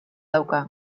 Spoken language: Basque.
dauka